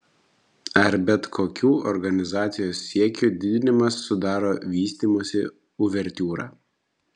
ar bet kokių organizacijos siekių didinimas sudaro vystymosi uvertiūrą